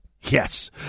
Yes